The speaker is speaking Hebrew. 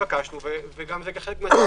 והמל"ל ירכז.